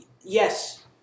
Yes